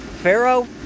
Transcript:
Pharaoh